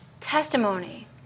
testimony